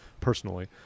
personally